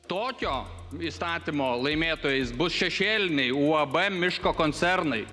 tokio įstatymo laimėtojais bus šešėliniai uab miško koncernai